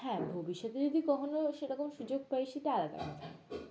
হ্যাঁ ভবিষ্যতে যদি কখনো সেরকম সুযোগ পাই সেটা আলাদা কথা